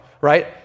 right